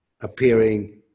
appearing